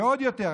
ועוד יותר,